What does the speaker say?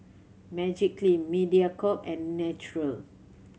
Magiclean Mediacorp and Naturel